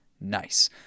nice